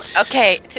Okay